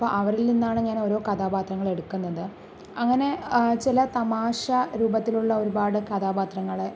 അപ്പോൾ അവരില് നിന്നാണ് ഞാനോരോ കഥാപാത്രങ്ങള് എടുക്കുന്നത് അങ്ങനെ ചില തമാശ രൂപത്തിലുള്ള ഒരുപാട് കഥാപാത്രങ്ങളെ